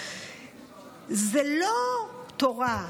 זה לא תורה,